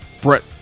Brett